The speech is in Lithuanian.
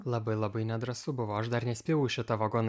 labai labai nedrąsu buvo aš dar nespėjau į šitą vagoną